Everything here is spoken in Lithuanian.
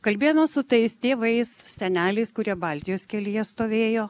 kalbėjomės su tais tėvais seneliais kurie baltijos kelyje stovėjo